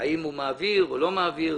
האם הוא מעביר או לא מעביר.